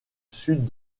sud